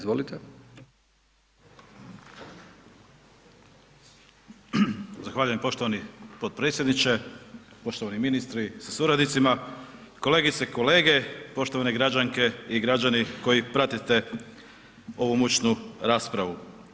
Zahvaljujem poštovani potpredsjedniče, poštovani ministri sa suradnicima, kolegice i kolege, poštovane građanke i građani koji pratite ovu mučnu raspravu.